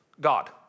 God